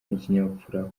n’ikinyabupfura